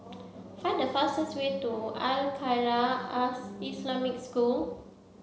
find the fastest way to Al Khairiah Islamic School